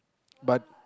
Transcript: but